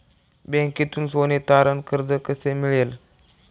बँकेतून सोने तारण कर्ज कसे मिळेल?